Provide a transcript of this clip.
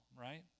right